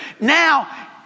Now